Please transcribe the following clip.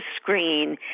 screen